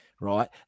right